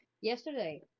Yesterday